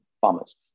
farmers